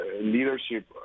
leadership